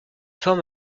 forme